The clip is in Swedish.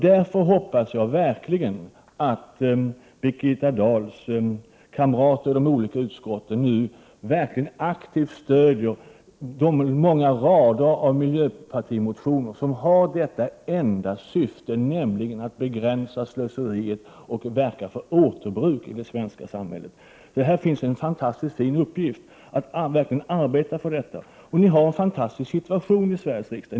Därför hoppas jag verkligen att Birgitta Dahls kamrater i de olika utskotten nu aktivt stöder de långa rader av miljöpartimotioner, som har detta enda syfte, nämligen att begränsa slöseriet och verka för återbruk i det svenska samhället. Att arbeta för detta är en verkligt fin uppgift. Ni har också en fantastisk situation i Sveriges riksdag.